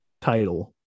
title